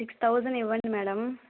six thousand ఇవ్వండి madam